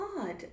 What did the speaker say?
odd